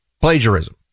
plagiarism